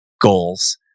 goals